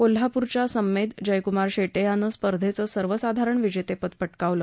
कोल्हापूरच्या सम्मेद जयकूमार शेट्ये यानं स्पर्धेचं सर्वसाधारण विजेतेपद पटकावलं